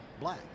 black